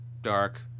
dark